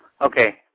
okay